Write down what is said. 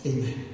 Amen